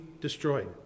destroyed